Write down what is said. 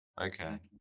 Okay